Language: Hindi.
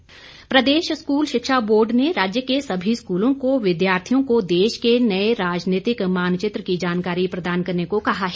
बोर्ड प्रदेश स्कूल शिक्षा बोर्ड ने राज्य के सभी स्कूलों को विद्यार्थियों को देश के नए राजनीतिक मानचित्र की जानकारी प्रदान करने को कहा है